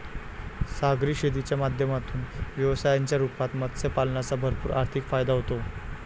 सागरी शेतीच्या माध्यमातून व्यवसायाच्या रूपात मत्स्य पालनाचा भरपूर आर्थिक फायदा होतो